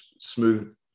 smooth